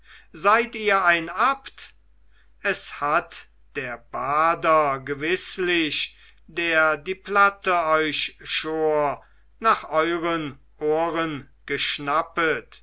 seid ihr ein abt es hat der bader gewißlich der die platte euch schor nach euren ohren geschnappet